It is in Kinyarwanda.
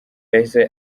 yahise